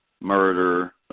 murder